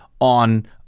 on